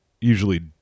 usually